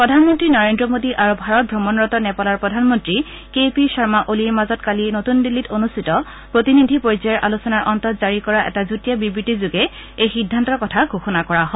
প্ৰধানমন্ত্ৰী নৰেড্ৰ মোডী আৰু ভাৰত অমণৰত নেপালৰ প্ৰধানমন্ত্ৰী কে পি শৰ্মা অলিৰ মাজত কালি নতুন দিল্লীত অনুষ্ঠিত প্ৰতিনিধি পৰ্যায়ৰ আলোচনাৰ অন্তত জাৰি কৰা এটা যুটীয়া বিবৃতিযোগে এই সিদ্ধান্তৰ কথা ঘোষণা কৰা হয়